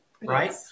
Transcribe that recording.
right